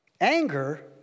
Anger